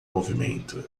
movimento